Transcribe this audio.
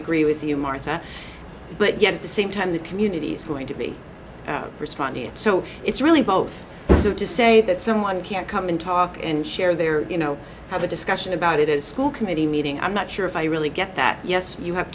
agree with you martha but yet the same time the community is going to be responding so it's really both so to say that someone can come and talk and share their you know have a discussion about it is school committee meeting i'm not sure if i really get that yes when you have